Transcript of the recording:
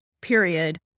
period